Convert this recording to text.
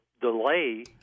delay